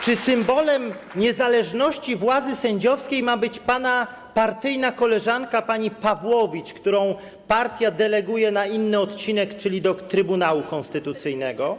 Czy symbolem niezależności władzy sędziowskiej ma być pana partyjna koleżanka, pani Pawłowicz, którą partia deleguje na inny odcinek, czyli do Trybunału Konstytucyjnego?